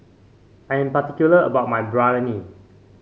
I'm particular about my Biryani